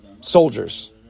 soldiers